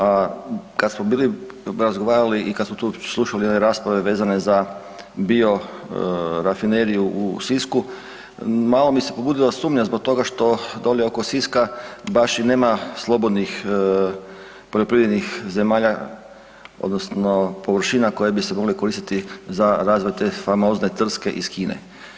A kad smo bili razgovarali i kad smo tu slušali one rasprave vezane za biorafineriju u Sisku malo mi se pobudila sumnja zbog toga što dolje oko Siska baš i nema slobodnih poljoprivrednih zemalja odnosno površina koje bi se mogle koristiti za razvoj te famozne trske iz Kine.